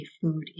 food